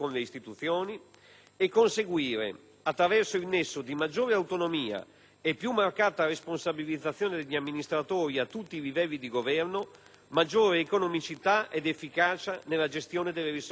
e conseguire, attraverso il nesso di maggiore autonomia e più marcata responsabilizzazione degli amministratori a tutti i livelli di governo, maggiore economicità ed efficacia nella gestione delle risorse disponibili.